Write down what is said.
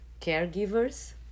caregivers